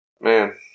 Man